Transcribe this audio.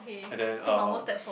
and then uh